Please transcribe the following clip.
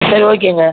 சரி ஓகேங்க